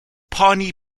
pawnee